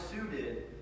suited